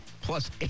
plus